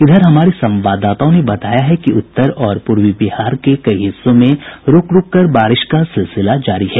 इधर हमारे संवाददाताओं ने बताया है कि उत्तर और पूर्वी बिहार के कई हिस्सों में रूक रूक कर बारिश का सिलसिला जारी है